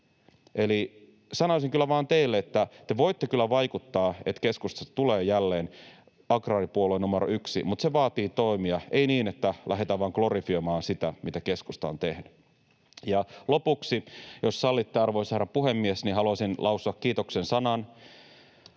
Eli sanoisin kyllä vaan teille, että te voitte kyllä vaikuttaa siihen, että keskustasta tulee jälleen agraaripuolue numero 1, mutta se vaatii toimia, ei niin, että lähdetään vain glorifioimaan sitä, mitä keskusta on tehnyt. Ja lopuksi — jos sallitte, arvoisa herra puhemies — haluaisin lausua kiitoksen sanan